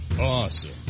awesome